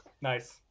Nice